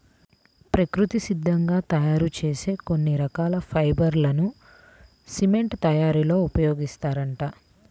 ప్రకృతి సిద్ధంగా తయ్యారు చేసే కొన్ని రకాల ఫైబర్ లని సిమెంట్ తయ్యారీలో ఉపయోగిత్తారంట